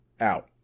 out